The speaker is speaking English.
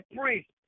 priest